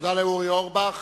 תודה לאורי אורבך.